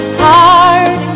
hard